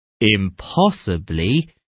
impossibly